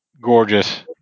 gorgeous